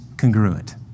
congruent